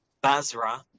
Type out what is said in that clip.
Basra